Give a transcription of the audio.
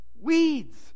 weeds